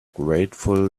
grateful